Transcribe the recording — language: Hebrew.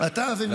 אתה ומפלגתך.